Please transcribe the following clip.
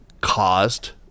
caused